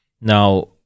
Now